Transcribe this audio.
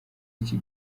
iki